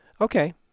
okay